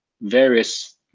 various